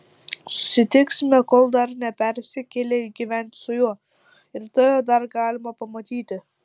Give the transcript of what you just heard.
susitiksime kol dar nepersikėlei gyventi su juo ir tave dar galima pamatyti